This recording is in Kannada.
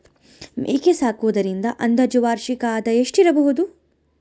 ಮೇಕೆ ಸಾಕುವುದರಿಂದ ಅಂದಾಜು ವಾರ್ಷಿಕ ಆದಾಯ ಎಷ್ಟಿರಬಹುದು?